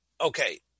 okay